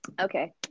okay